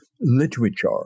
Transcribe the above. literature